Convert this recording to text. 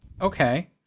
okay